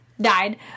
Died